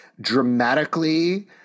dramatically